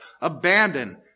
abandon